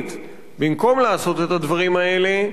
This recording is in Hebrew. במקום לעשות את הדברים האלה,